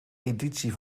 editie